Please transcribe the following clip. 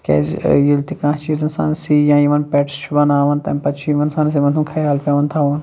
تِکیٛازِ ییٚلہِ تہِ کانٛہہ چیٖز اِنسانَس سی یا یِمَن پٮ۪ٹٕس چھِ بناوان تَمہِ پَتہٕ چھِ یِم اِنسانَس یِمَن ہُنٛد خیال پٮ۪وان تھاوُن